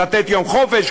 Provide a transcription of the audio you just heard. לתת יום חופש,